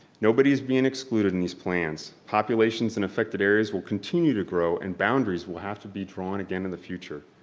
nobody is being excluded in these plans. populations in affected areas will continue to grow and boundaries will have to be drawn again in the future.